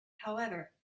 however